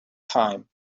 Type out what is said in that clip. time